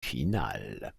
finales